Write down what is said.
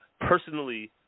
personally